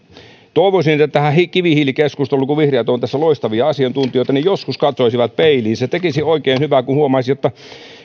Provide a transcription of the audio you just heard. toivoisin että tässä kivihiilikeskustelussa vihreät kun ovat tässä loistavia asiantuntijoita joskus katsoisivat peiliinsä tekisi oikein hyvää kun huomaisivat että